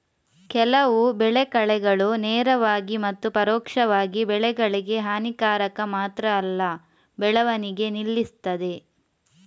ಕೆಲವು ಬೆಳೆ ಕಳೆಗಳು ನೇರವಾಗಿ ಮತ್ತು ಪರೋಕ್ಷವಾಗಿ ಬೆಳೆಗಳಿಗೆ ಹಾನಿಕಾರಕ ಮಾತ್ರ ಅಲ್ಲ ಬೆಳವಣಿಗೆ ನಿಲ್ಲಿಸ್ತದೆ